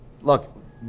Look